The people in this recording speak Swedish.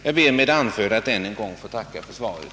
Jag ber med det anförda än en gång att få tacka för svaret.